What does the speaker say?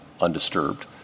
undisturbed